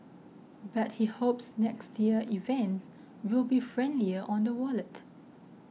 but he hopes next year's event will be friendlier on the wallet